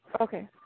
Okay